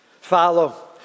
follow